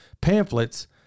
pamphlets